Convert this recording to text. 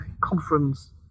conference